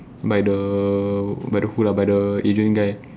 by the by the who lah by the Adrian guy